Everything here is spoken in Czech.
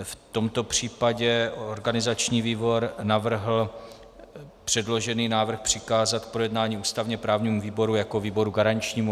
V tomto případě organizační výbor navrhl předložený návrh přikázat k projednání ústavněprávnímu výboru jako výboru garančnímu.